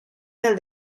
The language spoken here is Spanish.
del